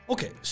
Okay